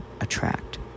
attract